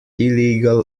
illegal